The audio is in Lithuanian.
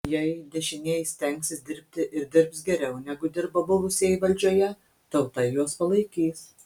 jei dešinieji stengsis dirbti ir dirbs geriau negu dirbo buvusieji valdžioje tauta juos palaikys